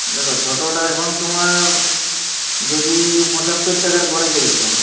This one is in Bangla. দেখো ছোটোটা এখন তোমার যদি পঁচাত্তর টাকার গড়ে চলছে